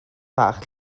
fach